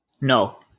No